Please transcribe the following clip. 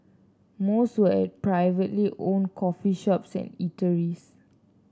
most were at privately owned coffee shops and eateries